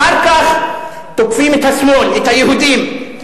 אחר כך תוקפים את השמאל, את היהודים: